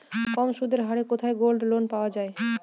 কম সুদের হারে কোথায় গোল্ডলোন পাওয়া য়ায়?